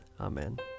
Amen